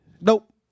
nope